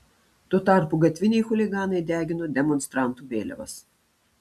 tuo tarpu gatviniai chuliganai degino demonstrantų vėliavas